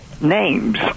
names